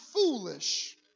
foolish